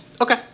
okay